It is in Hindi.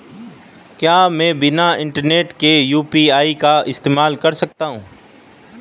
क्या मैं बिना इंटरनेट के यू.पी.आई का इस्तेमाल कर सकता हूं?